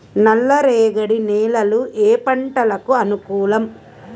నల్లరేగడి నేలలు ఏ పంటలకు అనుకూలం?